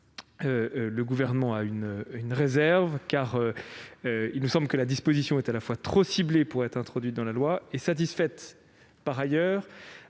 le Gouvernement est réservé, car il nous semble que la disposition est, à la fois, trop ciblée pour être introduite dans la loi et assez largement